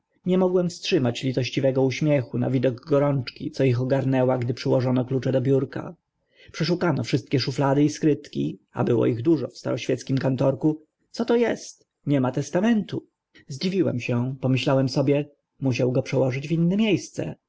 nie mogłem wstrzymać litośnego uśmiechu na widok gorączki co ich ogarnęła gdy przyłożono klucz do biurka przeszukano wszystkie szuflady i skrytki a było ich dużo w staroświeckim kantorku co to est nie ma testamentu zdziwiłem się pomyślałem sobie musiał go przełożyć w inne mie